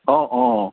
অঁ অঁ